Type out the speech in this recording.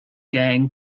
gang